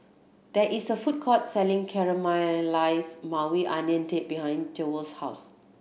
there is a food court selling Caramelized Maui Onion Dip behind Jewell's house